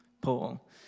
Paul